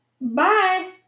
Bye